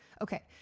Okay